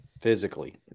physically